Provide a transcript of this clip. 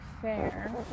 fair